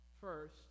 first